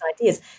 ideas